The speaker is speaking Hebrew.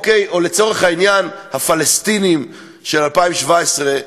או לצורך העניין הפלסטינים של 2017,